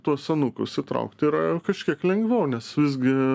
tuos senukus sutraukti yra kažkiek lengviau nes visgi